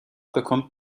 bekommt